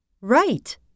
Right